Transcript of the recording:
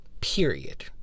Period